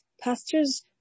pastors